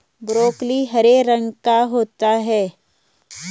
broccoli हरे रंग का होता है